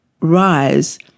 rise